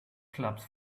clubs